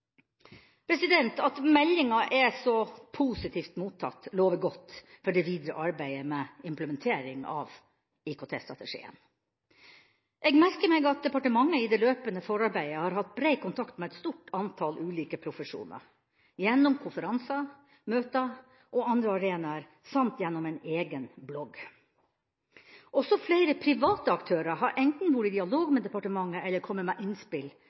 At meldinga er så positivt mottatt, lover godt for det videre arbeidet med implementering av IKT-strategien. Jeg merker meg at departementet i det løpende forarbeidet har hatt bred kontakt med et stort antall ulike profesjoner, gjennom konferanser, møter og andre arenaer – samt gjennom en egen blogg. Også flere private aktører har enten vært i dialog med departementet eller kommet med innspill